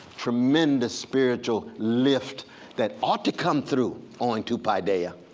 tremendous spiritual lift that ought to come through onto paideia,